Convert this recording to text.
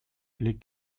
les